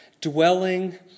dwelling